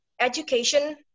education